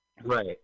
Right